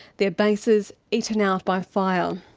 their bases eaten out by fire.